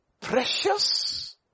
precious